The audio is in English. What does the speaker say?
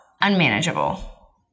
unmanageable